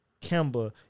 Kemba